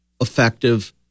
effective